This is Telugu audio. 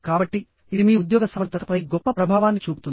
కాబట్టి ఇది మీ ఉద్యోగ సమర్థతపై గొప్ప ప్రభావాన్ని చూపుతుంది